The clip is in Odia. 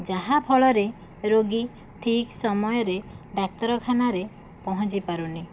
ଯାହାଫଳରେ ରୋଗୀ ଠିକ୍ ସମୟରେ ଡାକ୍ତରଖାନାରେ ପହଞ୍ଚି ପାରୁନି